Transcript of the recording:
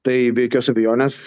tai be jokios abejonės